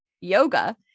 yoga